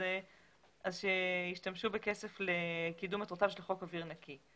אז שישתמשו בכסף לקידום מטרותיו של חוק אוויר נקי.